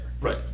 Right